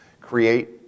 create